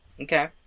Okay